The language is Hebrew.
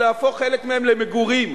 להפוך חלק מהן למגורים.